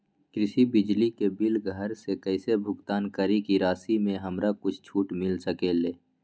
कृषि बिजली के बिल घर से कईसे भुगतान करी की राशि मे हमरा कुछ छूट मिल सकेले?